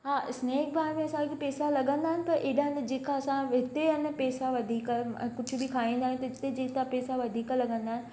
हा snack bar में असांखे पेसा लॻंदा आहिनि पर एॾा न जेका असां हिते यानि पेसा वधीक कुझु बि खाइंदा आहियूं त हिते जेका पेसा वधीक लॻंदा आहिनि